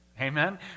Amen